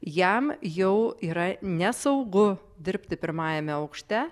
jam jau yra nesaugu dirbti pirmajame aukšte